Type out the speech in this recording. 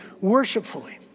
worshipfully